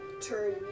turn